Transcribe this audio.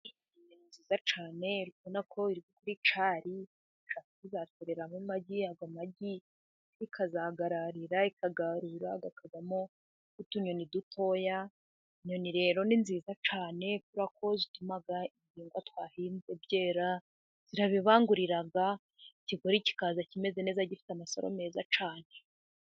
Inyoni ni nziza cyane , urabonako iri mucyari isha kuzatererama amagi irayararira ikazakuramo inyoni ntoya, inyoni rero ni nziza cyane ku ko zituma ibiribwa twahinze byera zirabibanguriraga ikigori kikaza kimeze neza gifite amasaro meza cyane.